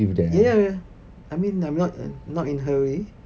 ya ya I mean I'm not uh not in hurry